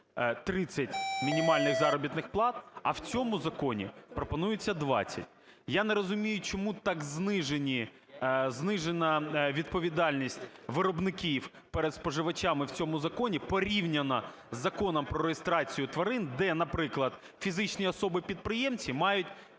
30 мінімальних заробітних плат, а в цьому законі пропонується 20. Я не розумію, чому так знижена відповідальність виробників перед споживачами в цьому законі, порівняно з Законом про реєстрацію тварин, де, наприклад, фізичні особи-підприємці мають